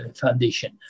foundation